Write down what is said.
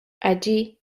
allí